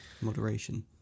moderation